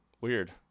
Weird